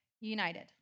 united